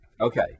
Okay